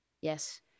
Yes